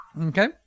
Okay